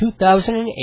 2008